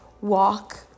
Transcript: walk